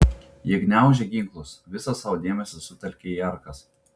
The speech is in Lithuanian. jie gniaužė ginklus visą savo dėmesį sutelkę į arkas